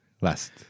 last